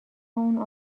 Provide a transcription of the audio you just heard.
اون